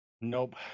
Nope